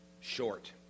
short